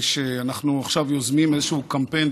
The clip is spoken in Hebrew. אנחנו עכשיו יוזמים איזשהו קמפיין,